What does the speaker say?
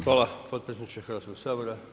Hvala potpredsjedniče Hrvatskog sabora.